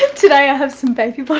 ah today i have some baby but